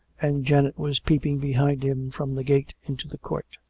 and janet was peeping behind him from the gate into the court.